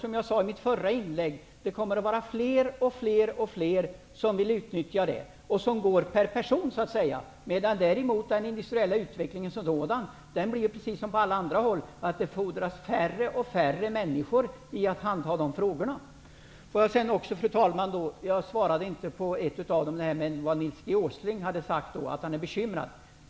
Som jag sade i mitt förra inlägg blir det allt fler som berörs av turismen. Den berör också de enskilda personerna, medan den industriella utvecklingen, precis som på alla andra håll, går mot att allt färre personer berörs. Fru talman! Jag svarade inte på frågan om vad som bekymrade Nils G Åsling.